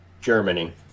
Germany